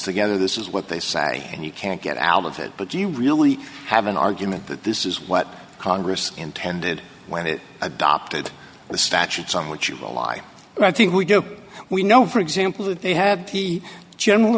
together this is what they say and you can't get out of it but you really have an argument that this is what congress intended when it adopted the statutes on what you will lie and i think we do we know for example that they have the general